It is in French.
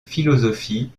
philosophie